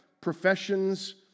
professions